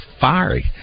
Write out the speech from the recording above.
fiery